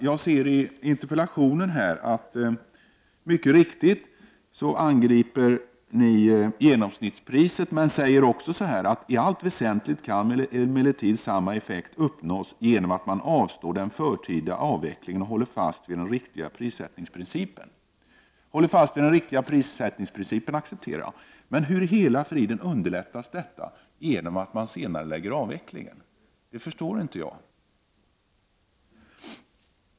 Jag ser i Bengt Westerbergs interpellation att han mycket riktigt angriper genomsnittspriset, men han säger också: ”T allt väsentligt kan emellertid samma effekt uppnås genom att man avstår den förtida avvecklingen och håller fast vid den riktiga prissättningsprincipen.” Att folkpartiet håller fast vid den riktiga prissättningsprincipen accepterar jag, men hur i hela fridens namn underlättas detta genom att man senarelägger avvecklingen? Det förstår inte jag.